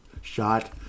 shot